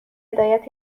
هدایت